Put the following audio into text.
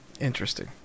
Interesting